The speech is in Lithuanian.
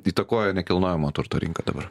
įtakoja nekilnojamo turto rinką dabar